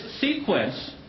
sequence